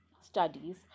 Studies